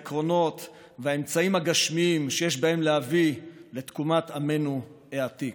העקרונות והאמצעים הגשמיים שיש בהם להביא לתקומת עמנו העתיק.